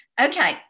Okay